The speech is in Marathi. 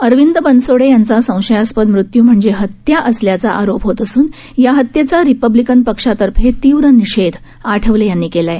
अरविंद बनसोडे यांचा संशयास्पद मृत्यू म्हणजे हत्या असल्याचा आरोप होत असून या हत्येचा रिपब्लिकन पक्षातर्फे तीव्र निषेध आठवले यांनी केला आहे